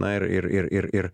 na ir ir ir ir